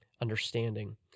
understanding